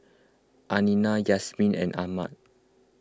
Aina Yasmin and Ahmad